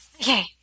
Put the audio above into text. Okay